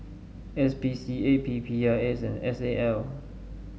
S P C A P P I S and S A L